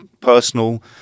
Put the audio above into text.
personal